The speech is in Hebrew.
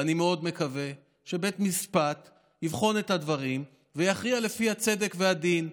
ואני מאוד מקווה שבית המשפט יבחן את הדברים ויכריע לפי הצדק והדין.